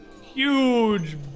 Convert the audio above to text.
Huge